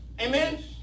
Amen